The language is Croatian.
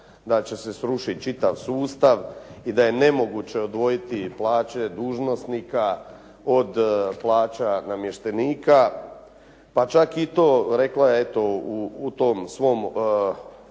da će se srušiti čitav sustav i da je nemoguće odvojiti plaće dužnosnika od plaća namještenika, pa čak i to rekla je eto u tom svom